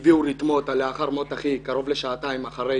הביאו רתמות לאתר קרוב לשעתיים אחרי